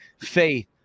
faith